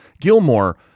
Gilmore